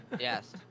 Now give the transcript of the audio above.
Yes